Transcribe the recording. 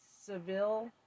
Seville